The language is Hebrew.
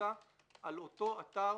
בממוצע על אותו אתר